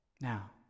Now